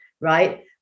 right